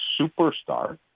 superstar